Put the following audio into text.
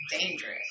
dangerous